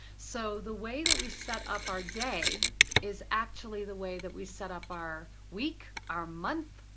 so the way that we set up our day is actually the way that we set up our week, our month,